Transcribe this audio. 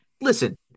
listen